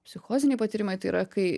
psichoziniai patyrimai tai yra kai